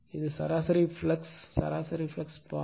இது சராசரி ஃப்ளக்ஸ் சராசரி ஃப்ளக்ஸ் பாதை